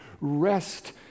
rest